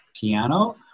piano